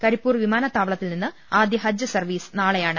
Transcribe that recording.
കരിപ്പൂർ വിമാനത്താവളത്തിൽ നിന്ന് ആദ്യ ഹജ്ജ് സർവീസ് നാളെയാണ്